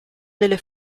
delle